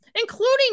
including